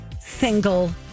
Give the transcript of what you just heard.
single